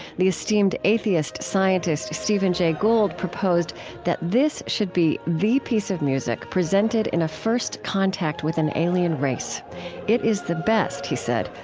the esteemed atheist scientist stephen jay gould proposed that this should be the piece of music presented in a first contact with an alien race it is the best, he said,